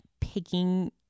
picking